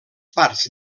parts